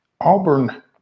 Auburn